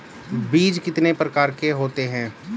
बीज कितने प्रकार के होते हैं?